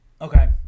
Okay